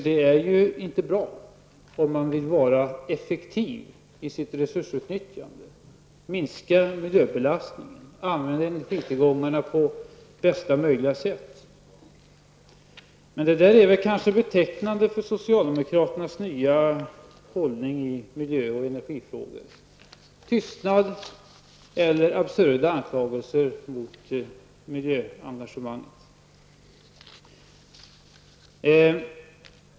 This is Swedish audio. Det är ju inte bra, om man vill vara effektiv i sitt resursutnyttjande, minska miljöbelastningen, använda energitillgångarna på bästa möjliga sätt. Men det är kanske det som är det betecknande för socialdemokraternas nya hållning i miljö och energifrågor: tystnad eller absurda anklagelser mot miljöengagemanget.